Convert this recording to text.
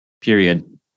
Period